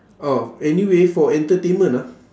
oh anyway for entertainment ah